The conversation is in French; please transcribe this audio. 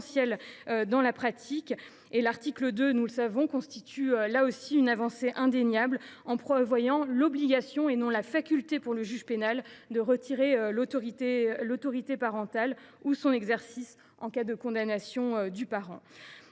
essentielle dans la pratique. L’article 2 constitue une avancée indéniable en instaurant l’obligation – et non la faculté – pour le juge pénal de retirer l’autorité parentale ou son exercice en cas de condamnation du parent.